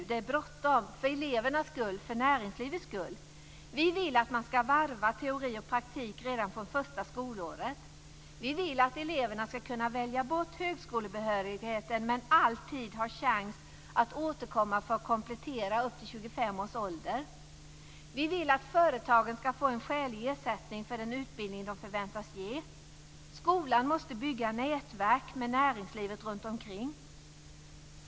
Det är bråttom, för elevernas skull och för näringslivets skull. Vi vill att man ska varva teori och praktik redan från första skolåret. Vi vill att eleverna ska kunna välja bort högskolebehörigheten men upp till 25 års ålder alltid ha chans att återkomma för att komplettera. Vi vill att företagen ska få en skälig ersättning för den utbildning de förväntas ge. Skolan måste bygga nätverk med näringslivet runtomkring.